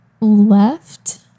left